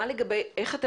אם אנחנו